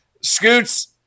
Scoots